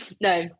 No